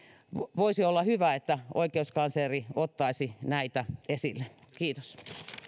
voisi olla hyvä että oikeuskansleri ottaisi tämäntyyppisiä asioita esille kiitos